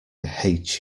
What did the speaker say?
hate